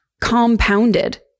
compounded